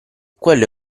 quello